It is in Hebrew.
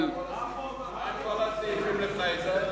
מה עם כל הסעיפים לפני זה?